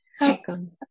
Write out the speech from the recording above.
Welcome